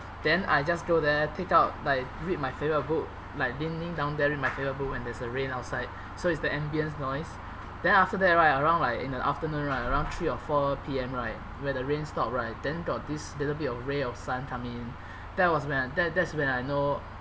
then I just go there take out like read my favourite book like leaning down there read my favourite book when there's a rain outside so it's the ambiance noise then after that right around like in the afternoon right around three or four P_M right when the rain stop right then got this little bit of ray of sun coming in that was when that that's when I know